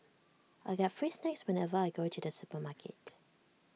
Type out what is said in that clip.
I get free snacks whenever I go to the supermarket